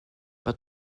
pas